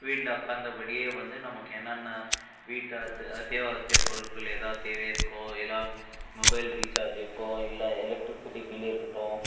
வீட்டில் உக்காந்த படியே வந்து நமக் என்னென்ன வீட்டு ஆத் அத்தியாவசியப் பொருட்கள் எதா தேவை இருக்கோ இல்லை மொபைல் ரீசார்ஜ் இருக்கோ இல்லை எலக்ட்ரிக்சிட்டி பில்லு இருக்கட்டும்